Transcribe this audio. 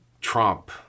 Trump